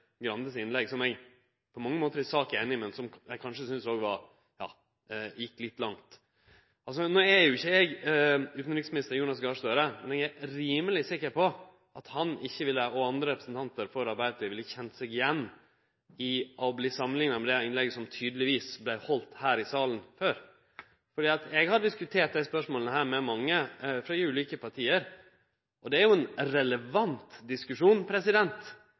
innlegg. Eg er på mange måtar einig i sak, men eg synest kanskje det gjekk litt langt. No er ikkje eg utanriksminister Jonas Gahr Støre, men eg er rimeleg sikker på at han og andre representantar for Arbeidarpartiet ikkje ville kjent seg igjen i samanlikninga med omsyn til det innlegget som tydelegvis vart halde her i salen før. Eg har diskutert desse spørsmåla med mange frå dei ulike partia, og det er ein relevant diskusjon